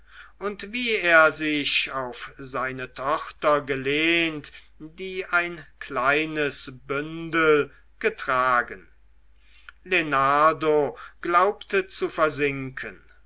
und wie er sich auf seine tochter gelehnt die ein kleines bündel getragen lenardo glaubte zu versinken